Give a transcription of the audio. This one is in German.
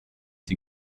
die